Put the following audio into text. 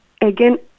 Again